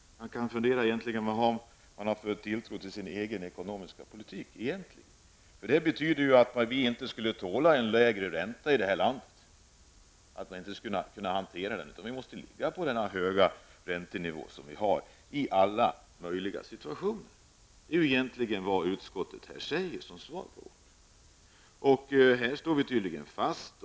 Man kan fundera över vilken tilltro utskottsmajoriteten egentligen har till sin egen ekonomiska politik. Resonemanget innebär ju att vi inte skulle kunna hantera en lägre ränta i det här landet utan vara tvungna att i alla situationer ha den höga räntenivån. Det är egentligen vad utskottet skriver som svar på vårt förslag. Här är vi fast.